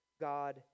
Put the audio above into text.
God